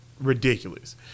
ridiculous